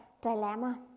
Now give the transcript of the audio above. dilemma